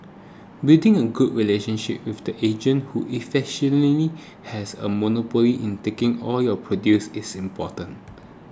building a good relationship with the agent who efficiently has a monopoly in taking all your produce is important